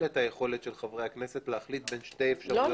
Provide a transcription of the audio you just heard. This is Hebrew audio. את היכולת של חברי הכנסת להחליט בין שתי אפשרויות.